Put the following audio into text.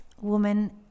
woman